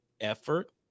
effort